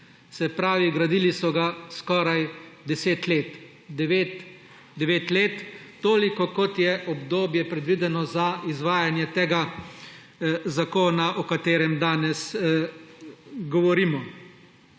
Se pravi, gradili so ga skoraj 10 let, devet let, toliko, kot je obdobje, predvideno za izvajanje tega zakona, o katerem danes govorimo.